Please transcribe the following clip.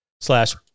slash